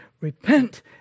repent